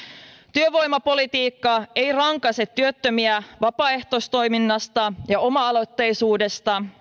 työvoimapolitiikka ei rankaise työttömiä vapaaehtoistoiminnasta ja oma aloitteisuudesta